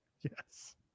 Yes